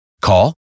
Call